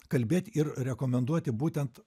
kalbėt ir rekomenduoti būtent